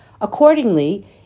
Accordingly